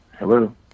Hello